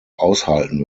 aushalten